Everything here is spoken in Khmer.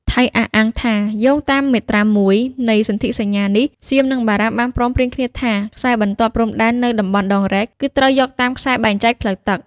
ថៃអះអាងថា យោងតាមមាត្រា ១ នៃសន្ធិសញ្ញានេះ សៀម និងបារាំង បានព្រមព្រៀងគ្នាថា ខ្សែបន្ទាត់ព្រំដែននៅតំបន់ដងរែក គឺត្រូវយកតាមខ្សែបែងចែកផ្លូវទឹក។